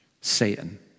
satan